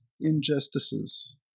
injustices